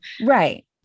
Right